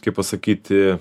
kaip pasakyti